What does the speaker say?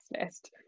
list